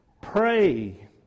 Pray